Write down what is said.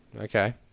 Okay